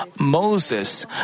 Moses